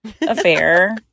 affair